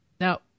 Now